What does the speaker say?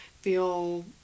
feel